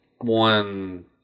one